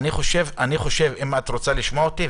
אם את רוצה לשמוע אותי,